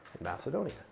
Macedonia